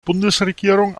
bundesregierung